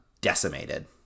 decimated